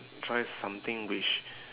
try something which